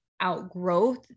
outgrowth